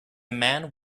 man